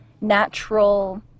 natural